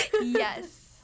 Yes